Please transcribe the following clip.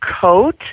coat